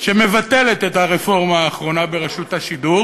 שמבטלת את הרפורמה האחרונה ברשות השידור